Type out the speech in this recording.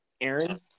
Aaron